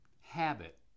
habit